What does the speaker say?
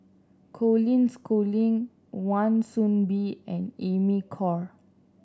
Colin Schooling Wan Soon Bee and Amy Khor